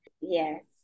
Yes